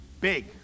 Big